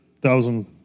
thousand